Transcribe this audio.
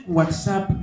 WhatsApp